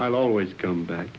i'll always come back